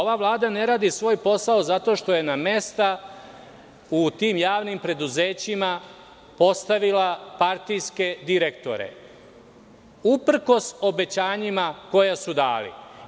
Ova Vlada ne radi svoj posao zato što je na mesta u tim javnim preduzećima postavila partijske direktore, uprkos obećanjima koja su dali.